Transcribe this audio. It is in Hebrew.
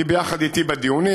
היא ביחד איתי בדיונים,